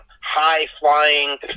high-flying